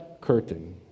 curtain